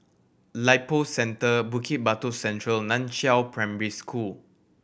Lippo Centre Bukit Batok Central Nan Chiau Primary School